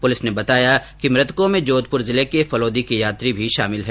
police ने बताया कि मृतकों में जोधपुर जिले के फलौदी के यात्री भी शामिल है